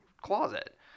closet